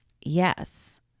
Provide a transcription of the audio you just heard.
yes